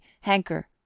Hanker